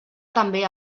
també